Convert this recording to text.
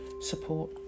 support